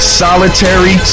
solitary